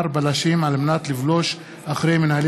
משרד החינוך שכר בלשים לבלוש אחר מנהלי